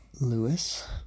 Lewis